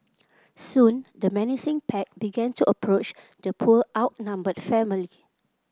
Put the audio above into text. soon the menacing pack began to approach the poor outnumbered family